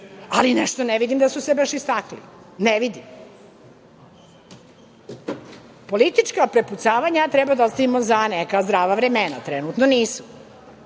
Ali, nešto ne vidim da su se baš istakli, ne vidim. Politička prepucavanja treba da ostavimo za neka zdrava vremena. Trenutno nisu. Htela